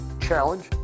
challenge